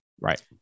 Right